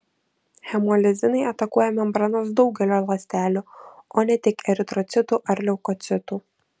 hemolizinai atakuoja membranas daugelio ląstelių o ne tik eritrocitų ar leukocitų